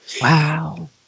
Wow